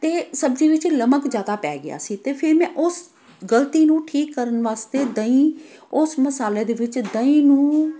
ਅਤੇ ਸਬਜ਼ੀ ਵਿੱਚ ਨਮਕ ਜਿਆਦਾ ਪੈ ਗਿਆ ਸੀ ਅਤੇ ਫਿਰ ਮੈਂ ਉਸ ਗਲਤੀ ਨੂੰ ਠੀਕ ਕਰਨ ਵਾਸਤੇ ਦਹੀਂ ਉਸ ਮਸਾਲੇ ਦੇ ਵਿੱਚ ਦਹੀਂ ਨੂੰ